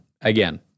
Again